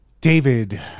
David